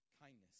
kindness